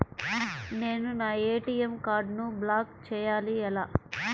నేను నా ఏ.టీ.ఎం కార్డ్ను బ్లాక్ చేయాలి ఎలా?